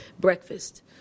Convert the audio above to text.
breakfast